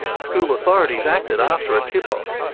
school authorities acted after a tipoff.